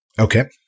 Okay